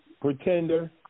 pretender